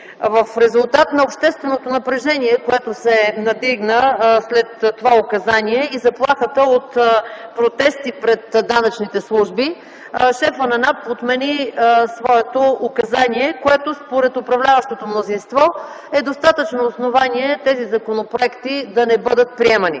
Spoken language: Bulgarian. В резултат на общественото напрежение, което се надигна след това указание и заплахата от протести пред данъчните служби, шефът на НАП отмени своето указание, което според управляващото мнозинство е достатъчно основание тези законопроекти да не бъдат приемани.